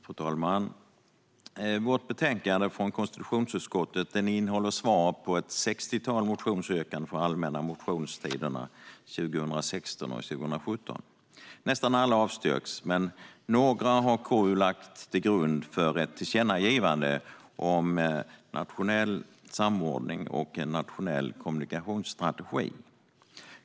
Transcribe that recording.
Fru talman! Vårt betänkande från konstitutionsutskottet innehåller svar på ett sextiotal motionsyrkanden från allmänna motionstiden 2016 och 2017. Nästan alla avstyrks, men några har av KU lagts till grund för ett tillkännagivande om nationell samordning och en nationell kommunikationsstrategi.